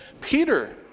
Peter